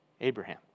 Abraham